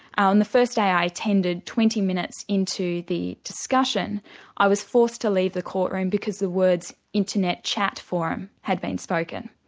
ah and the first day i attended twenty minutes into the discussion i was forced to leave the court room because the words internet chat forum had been spoken.